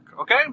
okay